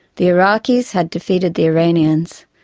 the iraqis had defeated the iranians,